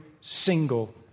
single